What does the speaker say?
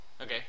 Okay